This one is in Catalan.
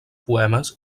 poemes